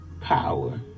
power